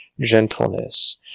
gentleness